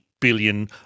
billion